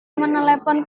menelepon